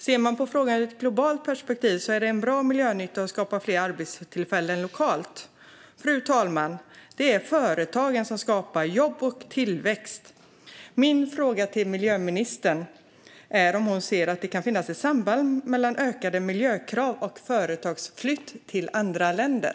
Om man ser på frågan i ett globalt perspektiv är detta en bra miljönytta, och det skapar fler arbetstillfällen lokalt. Fru talman! Det är företagen som skapar jobb och tillväxt. Min fråga till miljöministern är om hon ser att det kan finnas ett samband mellan ökade miljökrav och företagsflytt till andra länder.